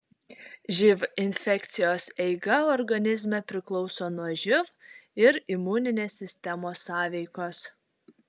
živ infekcijos eiga organizme priklauso nuo živ ir imuninės sistemos sąveikos